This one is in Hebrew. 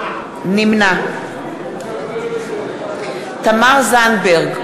נמנע תמר זנדברג,